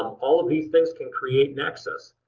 um all of these things can create nexus.